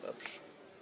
Dobrze.